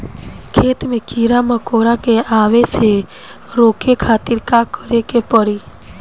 खेत मे कीड़ा मकोरा के आवे से रोके खातिर का करे के पड़ी?